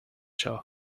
show